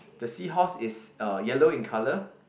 the seahorse is uh yellow in colour